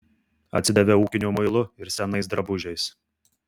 atsidavė ūkiniu muilu ir senais drabužiais